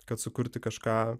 kad sukurti kažką